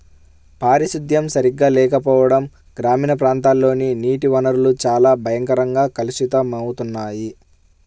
పారిశుద్ధ్యం సరిగా లేకపోవడం గ్రామీణ ప్రాంతాల్లోని నీటి వనరులు చాలా భయంకరంగా కలుషితమవుతున్నాయి